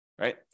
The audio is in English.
right